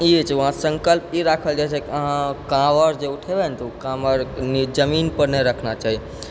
ई जे छै वहाँ सङ्कल्प ई राखल जाइ छै कि अहाँ कांवर जे उठेबै ने तऽ उ कांवर जमीनपर नहि रखना चाही